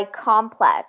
complex